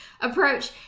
approach